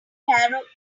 narrow